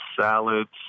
salads